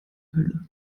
hülle